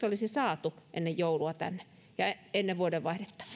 olisi saatu tänne ennen vuodenvaihdetta